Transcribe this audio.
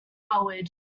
coward